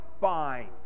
bind